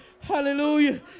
Hallelujah